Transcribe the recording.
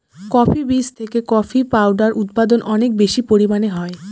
coffee বীজ থেকে coffee powder উৎপাদন অনেক বেশি পরিমানে হয়